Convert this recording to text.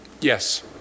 Yes